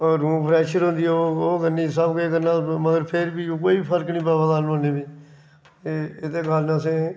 room freshener होंदी ओह् करनी सब किश करना मगर फिर बी कोई बी फर्क नेईं प'वा दा नुहाड़े कन्नै ते एह्दे कारण असें